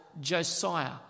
Josiah